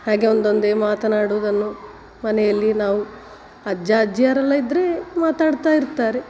ಹಾಗೆ ಒಂದೊಂದೇ ಮಾತನಾಡುವುದನ್ನು ಮನೆಯಲ್ಲಿ ನಾವು ಅಜ್ಜ ಅಜ್ಜಿಯರೆಲ್ಲ ಇದ್ದರೆ ಮಾತಾಡ್ತಾ ಇರ್ತಾರೆ